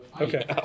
Okay